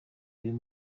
uyu